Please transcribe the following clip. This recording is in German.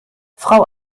frau